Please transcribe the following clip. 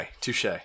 touche